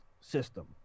system